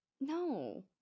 No